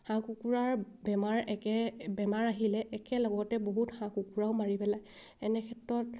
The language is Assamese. হাঁহ কুকুৰাৰ বেমাৰ একে বেমাৰ আহিলে একে লগতে বহুত হাঁহ কুকুৰাও মাৰি পেলাই এনে ক্ষেত্ৰত